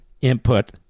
input